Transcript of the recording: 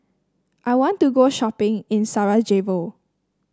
I want to go shopping in Sarajevo